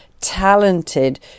talented